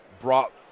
brought